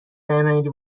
درنیاری